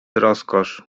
rozkosz